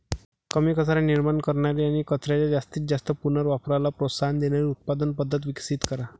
कमी कचरा निर्माण करणारी आणि कचऱ्याच्या जास्तीत जास्त पुनर्वापराला प्रोत्साहन देणारी उत्पादन पद्धत विकसित करा